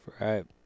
Right